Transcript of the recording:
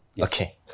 Okay